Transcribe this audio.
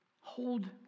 Hold